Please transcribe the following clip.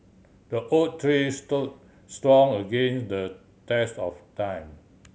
the oak tree stood strong against the test of time